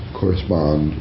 correspond